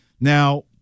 Now